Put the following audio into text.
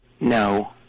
No